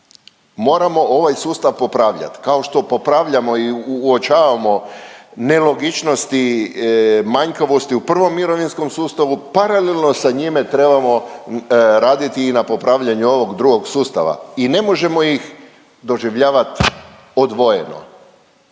moramo ovaj sustav popravljati kao što popravljamo i uočavamo nelogičnosti, manjkavosti u prvom mirovinskom sustavu. Paralelno sa njime trebamo raditi i na popravljanju ovog drugog sustava i ne može ih doživljavati odvojeno.